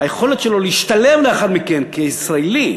היכולת שלו להשתלם לאחר מכן כישראלי,